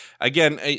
Again